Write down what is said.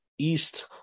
east